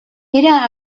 era